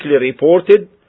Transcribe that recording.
reported